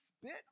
spit